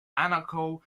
anarcho